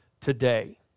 today